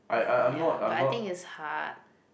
ya but I think it's hard